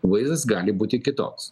vaizdas gali būti kitoks